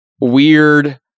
weird